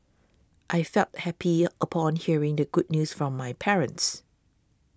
I felt happy upon hearing the good news from my parents